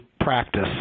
practice